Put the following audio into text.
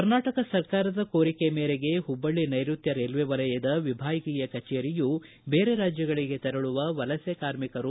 ಕರ್ನಾಟಕ ಸರ್ಕಾರದ ಕೋರಿಕೆ ಮೇರೆಗೆ ಹುಬ್ಬಳ್ಳಿ ನೈಋತ್ಯ ರೈಲ್ವೇ ವಲಯದ ವಿಭಾಗೀಯ ಕಚೇರಿಯು ಬೇರೆ ರಾಜ್ಯಗಳಿಗೆ ತೆರಳುವ ವಲಸೆ ಕಾರ್ಮಿಕರು